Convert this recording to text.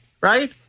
right